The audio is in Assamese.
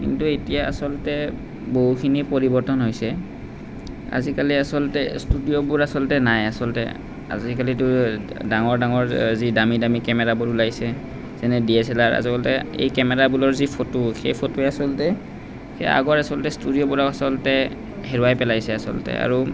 কিন্তু এতিয়া আচলতে বহুখিনি পৰিৱৰ্তন হৈছে আজিকালি আচলতে ষ্টুডিঅ'বোৰ আচলতে নাই আচলতে আজিকালিতো ডাঙৰ ডাঙৰ যি দামী দামী কেমেৰাবোৰ ওলাইছে যেনে ডি এছ এল আৰ আচলতে এই কেমেৰাবোৰৰ যি ফটো সেই ফটোৱে আচলতে সেই আগৰ আচলতে ষ্টুডিঅ'বিলাক আচলতে হেৰুৱাই পেলাইছে আচলতে আৰু